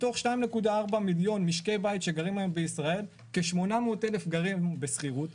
מתוך 2.4 מיליון משקי בית שגרים היום בישראל כ-800 אלף גרים בשכירות,